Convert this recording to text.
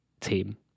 team